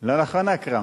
לא נכון, אכרם?